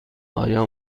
آیا